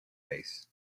base